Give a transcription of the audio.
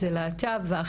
אז גם כלפי להט"ב ואחרים,